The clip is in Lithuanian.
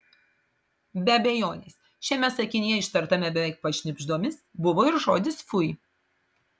be abejonės šiame sakinyje ištartame beveik pašnibždomis buvo ir žodis fui